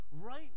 right